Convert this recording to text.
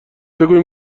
بگویم